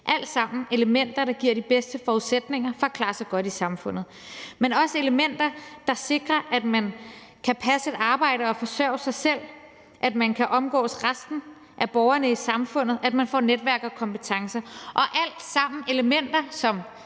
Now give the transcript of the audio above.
alt sammen elementer, der giver de bedste forudsætninger for at klare sig godt i samfundet, men også elementer, der sikrer, at man kan passe et arbejde og forsørge sig selv, at man kan omgås resten af borgerne i samfundet, at man får netværk og kompetencer. Og det er alt sammen elementer, som